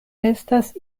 estas